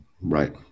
Right